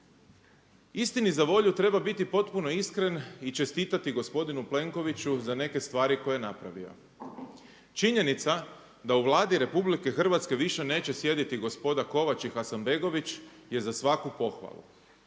Istini za volju treba biti potpuno iskren i čestitati gospodinu Plenkoviću za neke stvari koje je napravio. Činjenica da u Vladi RH više neće sjediti gospoda Kovač i Hasanbegović je za svaku pohvalu.